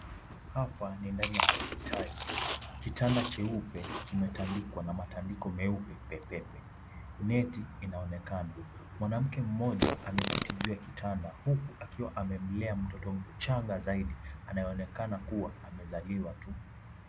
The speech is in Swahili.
Hapa ni ndani ya hospitali, kitanda cheupe kimetandikwa na matandiko meupe pepepe, neti inaonekana. Mwanamke mmoja ameketi juu ya kitanda huku akiwa amemlea mtoto mchanga zaidi anaonekana kuwa amezaliwa tu.